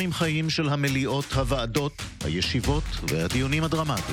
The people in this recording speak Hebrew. הישיבה הבאה תתקיים מחר,